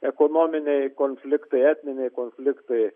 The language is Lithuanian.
ekonominiai konfliktai etniniai konfliktai